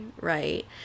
right